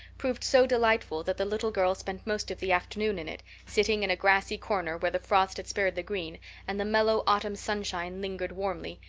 proved so delightful that the little girls spent most of the afternoon in it, sitting in a grassy corner where the frost had spared the green and the mellow autumn sunshine lingered warmly,